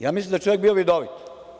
Ja mislim da je čovek bio vidovit.